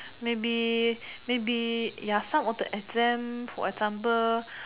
maybe maybe ya of the exam for example